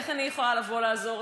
איך אני יכולה לבוא לעזור?